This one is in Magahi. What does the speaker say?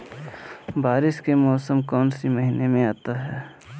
बारिस के मौसम कौन सी महीने में आता है?